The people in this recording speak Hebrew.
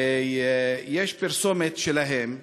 ויש פרסומת שלהם: